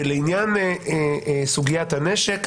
ולעניין סוגיית הנשק,